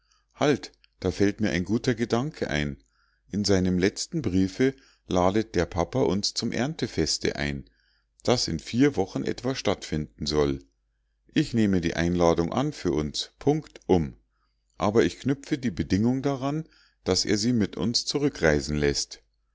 halt da fällt mir ein guter gedanke ein in seinem letzten briefe ladet der papa uns zum erntefeste ein das in vier wochen etwa stattfinden soll ich nehme die einladung an für uns punktum aber ich knüpfe die bedingung daran daß er sie mit uns zurückreisen läßt